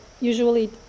usually